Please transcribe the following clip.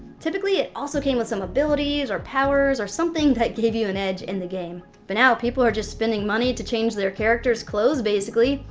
typically it also came with some abilities or powers or something that gave you an edge in the game. but now people are just spending money to change their characters clothes basically,